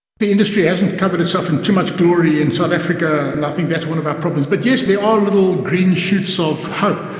the industry hasn't covered itself in too much glory in south africa, and i think that's one of our problems. but yes, there are little green shoots of hope.